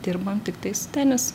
dirbam tiktai su tenis